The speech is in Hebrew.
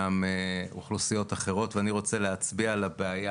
גם אוכלוסיות אחרות ואני רוצה להצביע על הבעיה.